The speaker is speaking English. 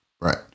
right